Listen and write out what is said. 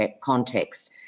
context